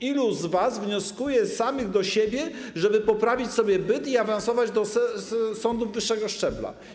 Ilu z was wnioskuje samych siebie do siebie, żeby poprawić sobie byt i awansować do sądu wyższego szczebla?